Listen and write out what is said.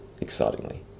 excitingly